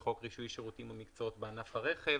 בחוק רישוי שירותים ומקצועות בענף הרכב